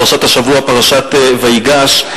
פרשת השבוע, פרשת וייגש,